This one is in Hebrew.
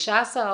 15%,